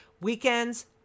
Weekends